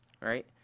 Right